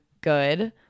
good